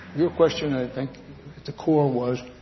your question i think at the core was,